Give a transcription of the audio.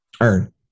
Earn